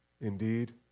Indeed